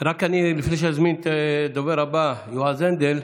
לפני שאני אזמין את הדובר הבא, יועז הנדל,